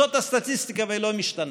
זו הסטטיסטיקה והיא לא משתנה.